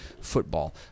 football